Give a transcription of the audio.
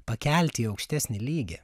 pakelti į aukštesnį lygį